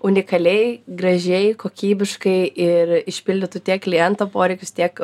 unikaliai gražiai kokybiškai ir išpildytų tiek kliento poreikius tiek